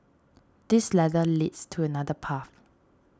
this ladder leads to another path